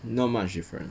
not much different